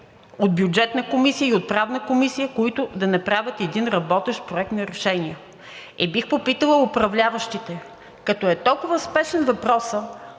от Бюджетната комисия и от Правната комисия, които да направят един работещ проект на решение. Бих попитала управляващите: като е толкова спешен въпросът